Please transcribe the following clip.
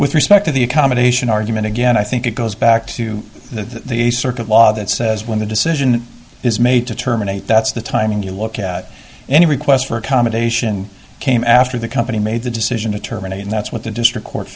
with respect to the accommodation argument again i think it goes back to the circuit law that says when the decision is made to terminate that's the time and you look at any requests for accommodation came after the company made the decision to terminate and that's what the district court